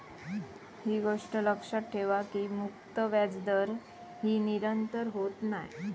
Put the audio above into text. ही गोष्ट लक्षात ठेवा की मुक्त व्याजदर ही निरंतर होत नाय